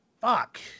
fuck